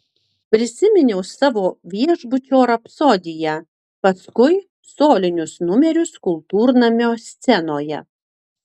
prisiminiau savo viešbučio rapsodiją paskui solinius numerius kultūrnamio scenoje